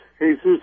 Jesus